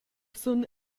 sun